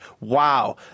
wow